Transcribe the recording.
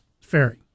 Ferry